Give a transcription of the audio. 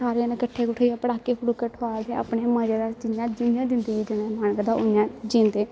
सारे जने कट्ठ कुट्ठे होइयै पटाके पटुके ठुआलदे अपने मजे दा जियां जिंदगी जीने गी मन करदा उ'आं जींदे